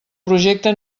projecte